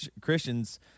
Christians